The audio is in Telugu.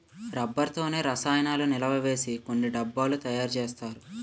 రబ్బర్ తోనే రసాయనాలను నిలవసేసి కొన్ని డబ్బాలు తయారు చేస్తారు